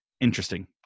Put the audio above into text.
interesting